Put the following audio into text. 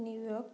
New York